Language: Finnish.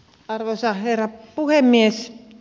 arvoisa herra puhemies